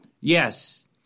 Yes